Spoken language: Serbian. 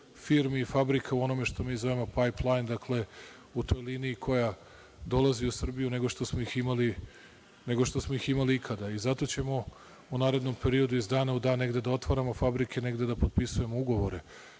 firmi i fabrika u onome što mi zovemo pajp-lajn, dakle u toj liniji koja dolazi u Srbiju, nego što smo ih imali ikada. Zato ćemo u narednom periodu iz dana u dan negde da otvaramo fabrike, negde da potpisujemo ugovore.